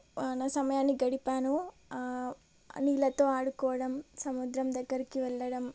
నా సమయాన్ని గడిపాను నీళ్ళతో ఆడుకోవడం సముద్రం దగ్గరికి వెళ్ళడం